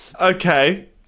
Okay